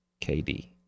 KD